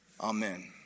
Amen